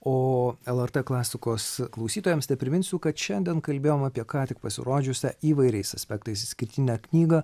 o lrt klasikos klausytojams tepriminsiu kad šiandien kalbėjom apie ką tik pasirodžiusią įvairiais aspektais išskirtinę knygą